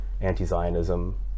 anti-Zionism